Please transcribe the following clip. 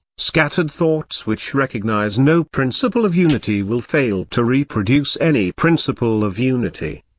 scattered thoughts which recognise no principle of unity will fail to reproduce any principle of unity.